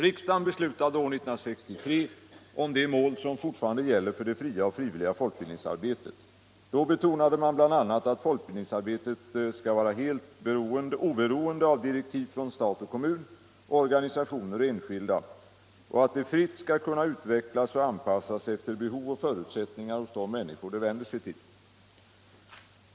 Riksdagen beslutade år 1963 om de mål som fortfarande gäller för det fria och frivilliga folkbildningsarbetet. Då betonade man bl.a. att folkbildningsarbetet skall vara helt oberoende av direktiv från stat och kommun, organisationer och enskilda, och att det fritt skall kunna utvecklas och anpassas efter behov och förutsättningar hos de människor det vänder sig till.